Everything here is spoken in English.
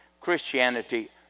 Christianity